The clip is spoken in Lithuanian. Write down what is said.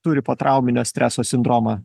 turi potrauminio streso sindromą